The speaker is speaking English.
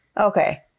Okay